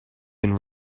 been